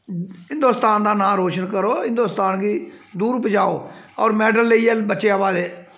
हिन्दोस्तान दा नांऽ रोशन करो हिन्दोस्तान गी दूर पजाओ होर मैडल लेइयै बच्चे अ'वा दे